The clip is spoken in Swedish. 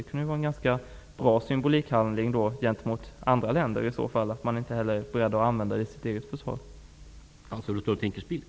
Att inte heller använda sådana i sitt eget försvar kunde vara en bra symbolhandling gentemot andra länder.